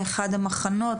לאחד המחנות,